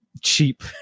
cheap